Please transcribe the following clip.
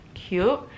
cute